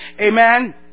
Amen